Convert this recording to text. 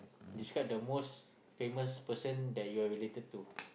describe the most famous person that you are related to